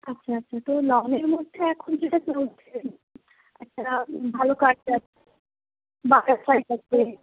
আচ্ছা আচ্ছা তো লংয়ের মধ্যে এখন যেটা চলছে একটা ভালো কাট আছে বাটারফ্লাই আছে